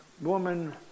woman